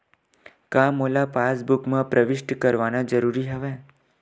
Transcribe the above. का मोला पासबुक म प्रविष्ट करवाना ज़रूरी हवय?